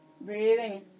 Breathing